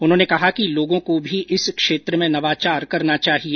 उन्होंने कहा कि लोगों को भी इस क्षेत्र में नवाचार करना चाहिए